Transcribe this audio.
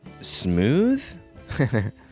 smooth